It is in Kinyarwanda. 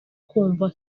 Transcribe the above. kumva